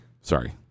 Sorry